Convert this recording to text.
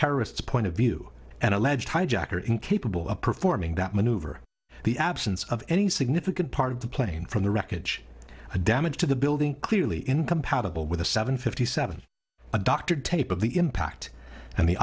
terrorist point of view and alleged hijacker incapable of performing that maneuver the absence of any significant part of the plane from the wreckage of damage to the building clearly incompatible with a seven fifty seven a doctored tape of the impact and the